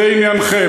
זה עניינכם.